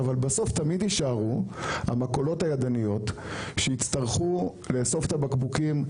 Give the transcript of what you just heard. אבל בסוף תמיד יישארו המכולות הידניות שיצטרכו לאסוף את הבקבוקים.